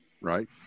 Right